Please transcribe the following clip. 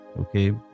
okay